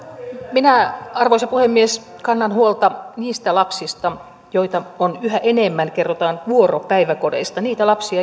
minä arvoisa puhemies kannan huolta niistä lapsista joita on yhä enemmän kerrotaan vuoropäiväkodeista niistä lapsista